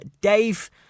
Dave